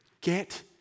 get